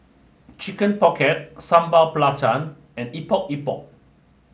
Chicken Pocket Sambal Belacan and Epok Epok